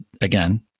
again